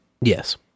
Yes